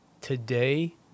Today